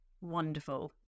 wonderful